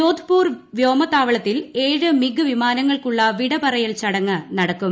ജോധ്പൂർ വ്യോമത്താവളത്തിൽ ഏഴ് മിഗ് വിമാനങ്ങൾക്കുള്ള വിടപറയൽ ചടങ്ങ് നടക്കും